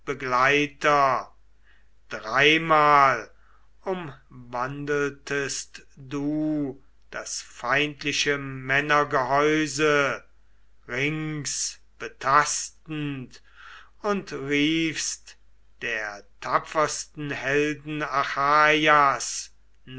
begleiter dreimal umwandeltest du das feindliche männergehäuse rings betastend und riefst der tapfersten helden